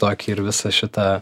tokį ir visą šitą